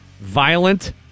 violent